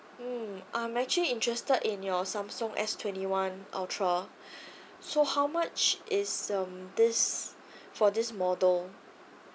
mm I'm actually interested in your samsung S twenty one ultra so how much is um this for this model